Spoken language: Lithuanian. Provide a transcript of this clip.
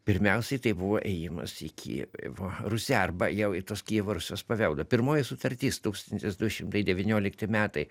pirmiausiai tai buvo ėjimas į kijevo rusią arba jau į kijevo rusios paveldą pirmoji sutartis tūkstantis du šimtai devyniolikti metai